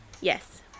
Yes